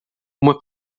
uma